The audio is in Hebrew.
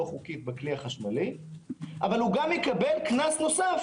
חוקית בכלי החשמלי אבל גם יקבל קנס נוסף